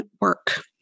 work